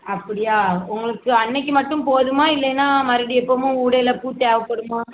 அப்படியா உங்களுக்கு அன்னைக்கு மட்டும் போதுமாக இல்லைனா மறுபடியும் எப்போமா ஊடையில் பூ தேவைப்படுமா